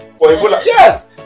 yes